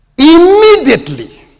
immediately